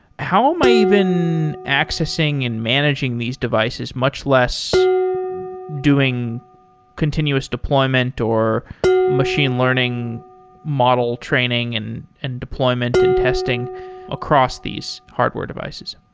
how am i even accessing and managing these devices much less doing continuous deployment or machine learning model training and and deployment and testing across these hardware devices?